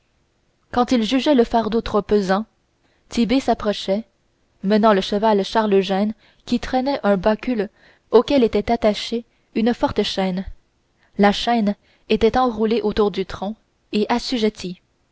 quand ils jugeaient le fardeau trop pesant tit'bé s'approchait menant le cheval charles eugène qui traînait le bacul auquel était attachée une forte chaîne la chaîne était enroulée autour du tronc et assujettie